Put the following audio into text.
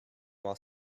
while